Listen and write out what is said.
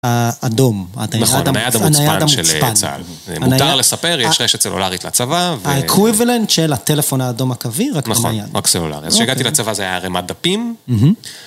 האדום. נכון, הנייד המוצפן של צה״ל. מותר לספר, יש רשת סלולרית לצבא. האקוויבלנט של הטלפון האדום הקווי, רק נייד. נכון, רק סלולרי. אז כשהגעתי לצבא זה היה ערימת דפים.